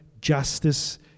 justice